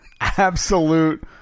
absolute